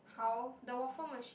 how the waffle machine